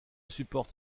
supporte